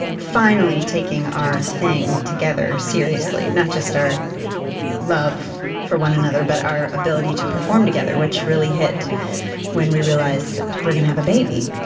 finally taking our thing together seriously not just our love for one another but our ability to perform together, which really hit when we realized we're going to have a baby.